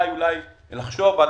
אולי כדאי לחשוב על